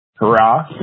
Hurrah